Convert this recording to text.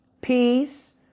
Peace